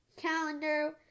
calendar